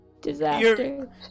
Disaster